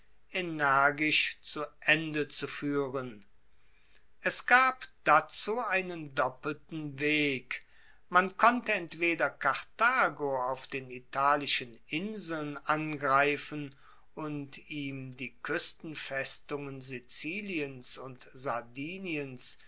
energisch zu ende zu fuehren es gab dazu einen doppelten weg man konnte entweder karthago auf den italischen inseln angreifen und ihm die kuestenfestungen siziliens und sardiniens